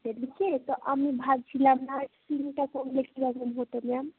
সেধেচি তো আমি ভাবছিলাম নার্সিংটা করলে কীরকম হতো ম্যাম